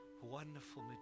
wonderful